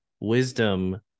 wisdom